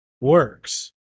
works